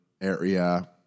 area